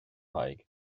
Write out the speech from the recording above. thaidhg